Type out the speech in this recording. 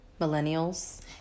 millennials